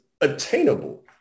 attainable